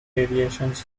deviations